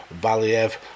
valiev